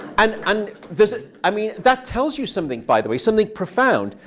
and and i mean, that tells you something, by the way, something profound.